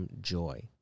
joy